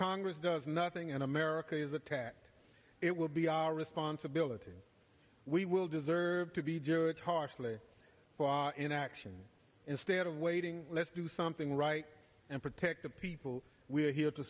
congress does nothing and america is attacked it will be our responsibility we will deserve to be harshly for inaction instead of waiting let's do something right and protect the people we're here to